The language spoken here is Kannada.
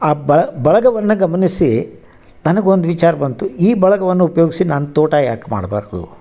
ಆ ಬಳ್ ಬಳಗವನ್ನ ಗಮನಿಸಿ ನನಗೊಂದು ವಿಚಾರ ಬಂತು ಈ ಬಳಗವನ್ನ ಉಪಯೋಗಿಸಿ ನಾನು ತೋಟ ಯಾಕೆ ಮಾಡ್ಬಾರದು